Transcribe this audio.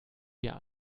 wir